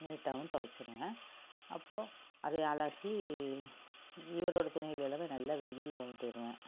நீட்டாகவும் துவைச்சிருவேன் அப்புறோம் அதை அலசி இவரோடய துணிகள் எல்லாமே நல்லா வெயில்ல உலத்திருவேன்